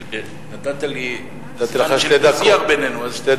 נתת לי, היה דו-שיח בינינו, אז תן לי.